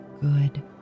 good